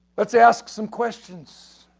let's ask some questions.